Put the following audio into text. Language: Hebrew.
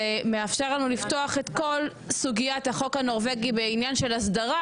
זה מאפשר לנו לפתוח את כל סוגית החוק הנורבגי - זה עניין של הסדרה,